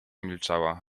milczała